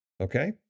Okay